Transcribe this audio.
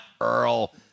Earl